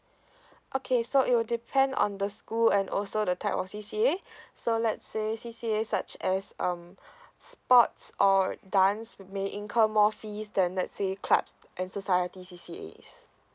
okay so it will depend on the school and also the type of C C A so let's say C C A such as um sports or dance which may incur more fees then let's say clubs and society C C A